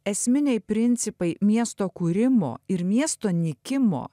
esminiai principai miesto kūrimo ir miesto nykimo